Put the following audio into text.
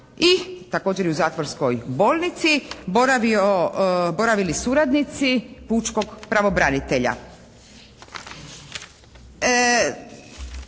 i također i u zatvorskoj bolnici boravili suradnici pučkog pravobranitelja.